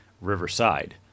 Riverside